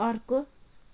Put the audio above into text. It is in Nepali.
अर्को